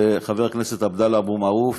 זה חבר הכנסת עבדאללה אבו מערוף